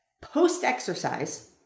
post-exercise